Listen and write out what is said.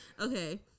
okay